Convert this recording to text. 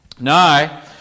Now